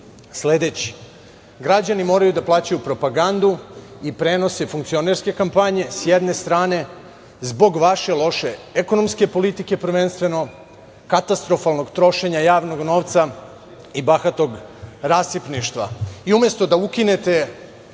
sledeći. Građani moraju da plaćaju propagandu i prenose funkcionerske kampanje, s jedne strane, zbog vaše loše ekonomske politike, prvenstveno, katastrofalnog trošenja javnog novca i bahatog rasipništva. Umesto da ukinete